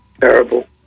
Terrible